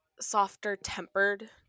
softer-tempered